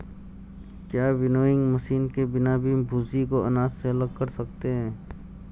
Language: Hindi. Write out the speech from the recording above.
क्या विनोइंग मशीन के बिना भी भूसी को अनाज से अलग कर सकते हैं?